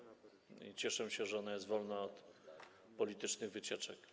I cieszę się, że ona jest wolna od politycznych wycieczek.